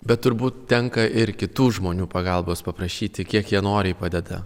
bet turbūt tenka ir kitų žmonių pagalbos paprašyti kiek jie noriai padeda